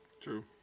True